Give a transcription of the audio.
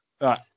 Right